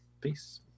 peace